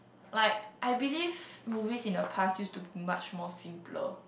like I believed movies in the past used to much more simpler